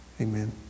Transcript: Amen